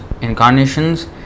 incarnations